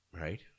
Right